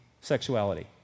sexuality